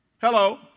hello